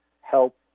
help